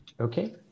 Okay